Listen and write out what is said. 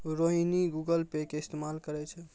Rohini Google Pay के इस्तेमाल करै छै